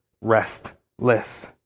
restless